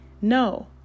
No